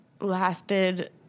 lasted